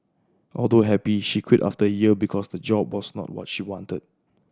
although happy she quit after a year because the job was not what she wanted